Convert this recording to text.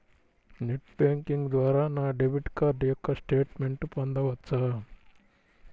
Net banking ద్వారా నా debit card యొక్క స్టేట్మెంట్ పొందవచ్చా?